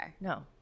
No